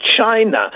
China